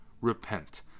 repent